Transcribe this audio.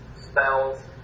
spells